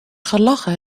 gelachen